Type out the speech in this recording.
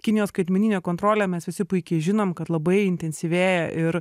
kinijos skaitmeninė kontrolė mes visi puikiai žinom kad labai intensyvėja ir